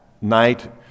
night